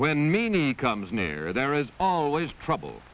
when meanie comes near there is always trouble